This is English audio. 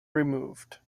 removed